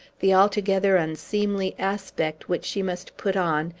the altogether unseemly aspect which she must put on,